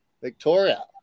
Victoria